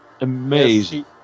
amazing